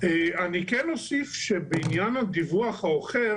אני כן אוסיף שבעניין הדיווח האוחר